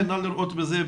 נא לראות בזה בקשה.